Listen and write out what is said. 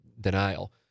denial